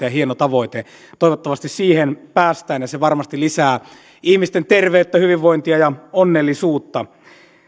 ja hieno tavoite toivottavasti siihen päästään ja se varmasti lisää ihmisten terveyttä hyvinvointia ja onnellisuutta